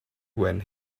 when